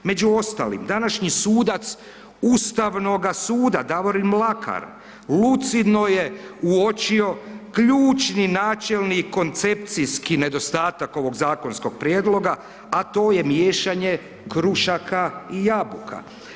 Među ostalim, današnji sudac Ustavnoga suda Davorin Mlakar lucidno je uočio ključni načelni koncepcijski nedostatak ovog zakonskog prijedloga, a to je miješanje krušaka i jabuka.